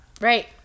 Right